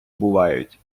бувають